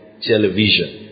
television